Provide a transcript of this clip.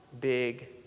big